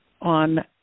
on